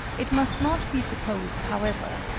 it must not be supposed, however,